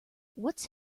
what’s